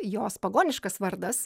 jos pagoniškas vardas